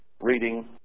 reading